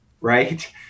right